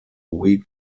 week